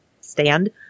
stand